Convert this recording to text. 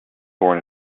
born